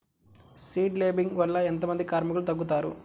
Seed లేంబింగ్ వల్ల ఎంత మంది కార్మికులు తగ్గుతారు?